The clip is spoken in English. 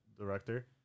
director